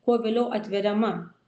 kuo vėliau atveriama